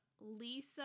Lisa